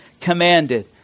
commanded